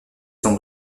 son